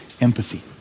empathy